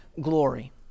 glory